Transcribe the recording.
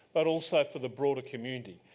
but also for the broader community,